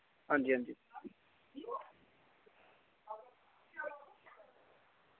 हांजी हांजी